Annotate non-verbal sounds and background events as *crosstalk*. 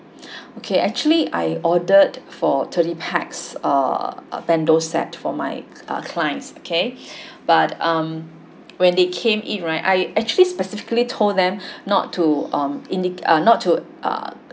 *breath* okay actually I ordered for thirty pax uh bento set for my uh clients okay *breath* but um when they came in right I actually specifically told them *breath* not to um indi~ not too err